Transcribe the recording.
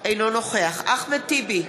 אינו נוכח אחמד טיבי,